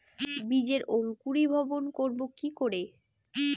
বীজের অঙ্কুরিভবন করব কি করে?